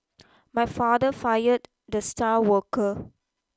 my father fired the star worker